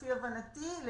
לפי הבנתי,